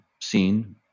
seen